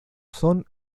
son